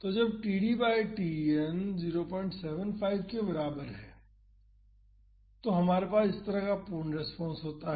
तो जब td by Tn 075 के बराबर होता है तो हमारे पास इस तरह का पूर्ण रेस्पॉन्स होता है